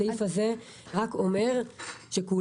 הסעיף הזה רק אומר שכולם,